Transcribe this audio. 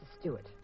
Stewart